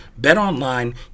BetOnline